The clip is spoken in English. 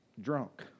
drunk